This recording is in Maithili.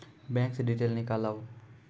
बैंक से डीटेल नीकालव?